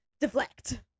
Deflect